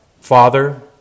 Father